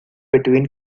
between